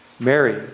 Mary